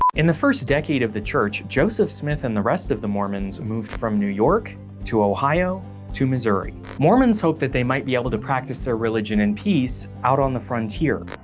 in the first decade of the church, joseph smith and the rest of the mormons moved from new york to ohio to missouri. mormons hoped that they might be able to practice their religion in peace out on the frontier.